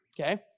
okay